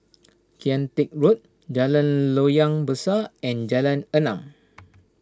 Kian Teck Road Jalan Loyang Besar and Jalan Enam